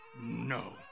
no